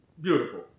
beautiful